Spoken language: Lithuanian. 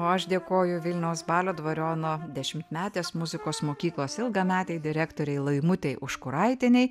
o aš dėkoju vilniaus balio dvariono dešimtmetės muzikos mokyklos ilgametei direktorei laimutei užkuraitienei